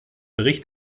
bericht